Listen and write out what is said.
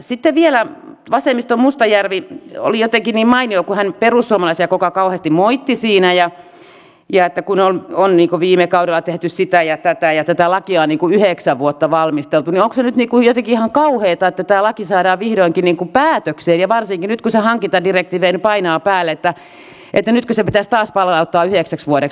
sitten vielä vasemmiston mustajärvi oli jotenkin niin mainio kun hän perussuomalaisia koko ajan kauheasti moitti ja että kun on viime kaudella tehty sitä ja tätä ja tätä lakia on yhdeksän vuotta valmisteltu niin onkos se jotenkin ihan kauheata että tämä laki saadaan vihdoinkin päätökseen ja varsinkin nyt kun se hankintadirektiivi painaa päälle että nytkö se pitäisi taas palauttaa yhdeksäksi vuodeksi valmisteluun